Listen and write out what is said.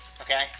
Okay